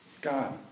God